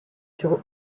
sur